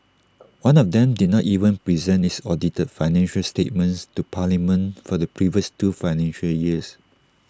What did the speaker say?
one of them did not even present its audited financial statements to parliament for the previous two financial years